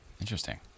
Interesting